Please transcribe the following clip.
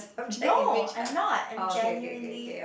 no I'm not I'm genuinely